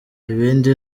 ibindi